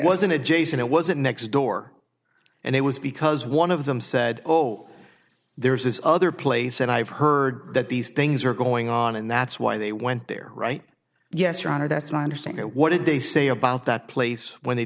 an adjacent was it next door and it was because one of them said oh there's this other place and i've heard that these things are going on and that's why they went there right yes your honor that's what i understand what did they say about that place when they